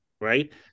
right